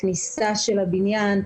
הכניסה של הבניין,